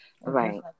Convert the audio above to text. Right